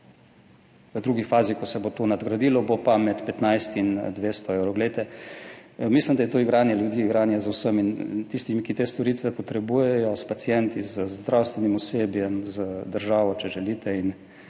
V drugi fazi, ko se bo to nadgradilo, bo pa med 15 in 200 evrov. Mislim, da je to igranje z ljudmi, igranje z vsemi, tistimi, ki te storitve potrebujejo, s pacienti, z zdravstvenim osebjem, z državo, če želite, in